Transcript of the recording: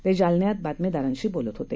ते जालन्यात बातमीदारांशी बोलत होते